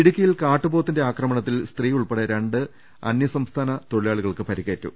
ഇടുക്കിയിൽ കാട്ടുപോത്തിന്റെ ആക്രമണത്തിൽ സ്ത്രീ ഉൾപ്പെടെ രണ്ട് അന്യസംസ്ഥാന തൊഴിലാളികൾക്ക് പരിക്കേ റ്റു